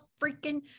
freaking